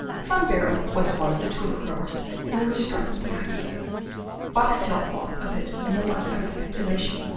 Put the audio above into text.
van baerle was one of the tulip-growers who were struck with the idea boxtel thought of it in the light of a speculation.